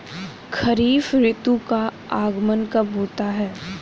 खरीफ ऋतु का आगमन कब होता है?